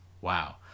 Wow